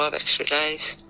but extra days.